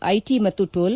IT ಮತ್ತು toll